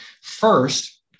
First